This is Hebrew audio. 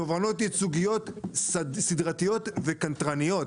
תובענות ייצוגיות סדרתיות וקנטרניות.